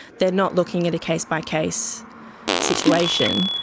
they are not looking at a case by case situation,